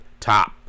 top